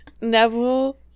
neville